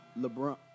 LeBron